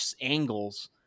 angles